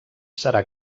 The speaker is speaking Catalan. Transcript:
serà